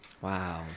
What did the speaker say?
Wow